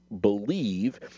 believe